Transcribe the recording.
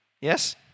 Yes